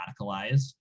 radicalized